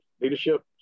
leadership